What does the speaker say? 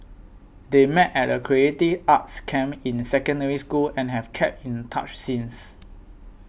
they met at a creative arts camp in Secondary School and have kept in touch since